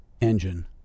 engine